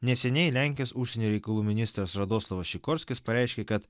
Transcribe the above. neseniai lenkijos užsienio reikalų ministras radoslavas šikorskis pareiškė kad